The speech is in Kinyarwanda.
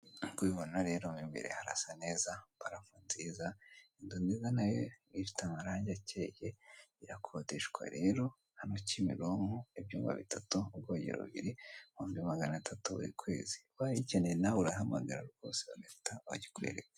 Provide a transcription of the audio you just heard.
Nk'ubo ubibona rero mo imbere harasa neza, parafo nziza, inzu nziza na yo ifite amarangi akeye, irakodeshwa rero hano kimironko, ibyumba bitatu, ubwogero bubiri, ibihumbi magana atatu buri kwezi, ubaye uyikeneye rwose urahamagara bagahita bayikwereka.